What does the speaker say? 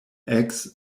eggs